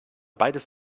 beides